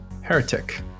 Heretic